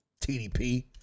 TDP